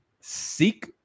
seek